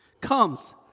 comes